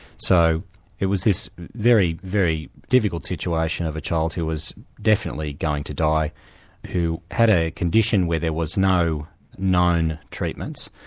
so there was this very, very difficult situation of a child who was definitely going to die who had a condition where there was no known treatments.